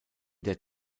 der